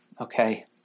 Okay